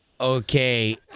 Okay